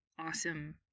awesome